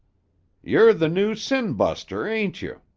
you're the new sin-buster, ain't you?